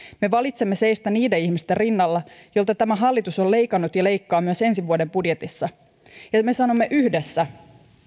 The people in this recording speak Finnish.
me valitsemme seistä niiden ihmisten rinnalla joilta tämä hallitus on leikannut ja leikkaa myös ensi vuoden budjetissa ja me sanomme yhdessä